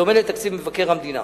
בדומה לתקציב מבקר המדינה,